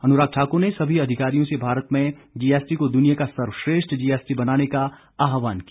अनुराग ठाकुर ने सभी अधिकारियों से भारत में जीएसटी को दुनिया का सर्वश्रेष्ठ जीएसटी बनाने का आहवान किया